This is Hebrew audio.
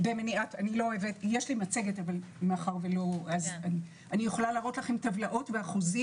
אני יכולה להראות לכם טבלאות ואחוזים